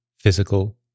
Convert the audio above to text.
physical